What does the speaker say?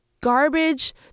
garbage